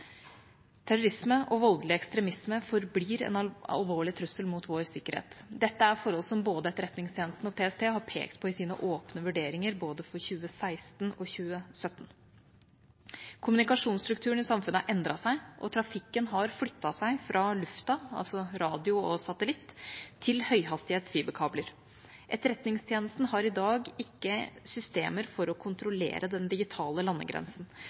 Terrorisme og voldelig ekstremisme forblir en alvorlig trussel mot vår sikkerhet. Dette er forhold som både Etterretningstjenesten og PST har pekt på i sine åpne vurderinger for både 2016 og 2017. Kommunikasjonsstrukturen i samfunnet har endret seg, og trafikken har flyttet seg fra luften – altså radio og satellitt – til høyhastighets fiberkabler. Etterretningstjenesten har i dag ikke systemer for å kontrollere den digitale landegrensen